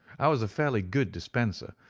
i was a fairly good dispenser,